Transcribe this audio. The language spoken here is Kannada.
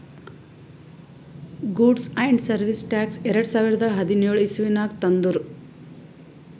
ಗೂಡ್ಸ್ ಆ್ಯಂಡ್ ಸರ್ವೀಸ್ ಟ್ಯಾಕ್ಸ್ ಎರಡು ಸಾವಿರದ ಹದಿನ್ಯೋಳ್ ಇಸವಿನಾಗ್ ತಂದುರ್